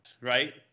Right